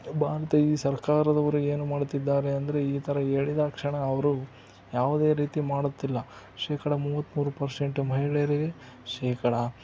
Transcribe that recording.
ಬಾ ಅಂತ ಈ ಸರ್ಕಾರದವರು ಏನು ಮಾಡುತ್ತಿದ್ದಾರೆ ಅಂದರೆ ಈ ಥರ ಹೇಳಿದ ಕ್ಷಣ ಅವರು ಯಾವುದೇ ರೀತಿ ಮಾಡುತ್ತಿಲ್ಲ ಶೇಕಡಾ ಮೂವತ್ಮೂರು ಪರ್ಸೆಂಟ್ ಮಹಿಳೆಯರಿಗೇ ಶೇಕಡಾ